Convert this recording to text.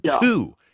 two